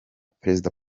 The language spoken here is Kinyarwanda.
perezida